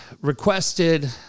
requested